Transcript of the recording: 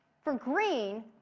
for green,